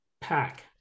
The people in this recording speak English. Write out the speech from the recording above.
pack